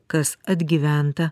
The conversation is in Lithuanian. kas atgyventa